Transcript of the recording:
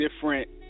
different